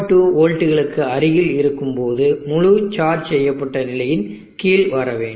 2 வோல்ட்டுகளுக்கு அருகில் இருக்கும்போது முழு சார்ஜ் செய்யப்பட்ட நிலையின் கீழ் வர வேண்டும்